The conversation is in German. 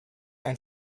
ein